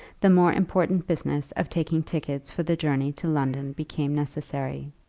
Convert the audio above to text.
the more important business of taking tickets for the journey to london became necessary.